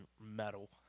metal